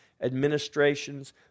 administrations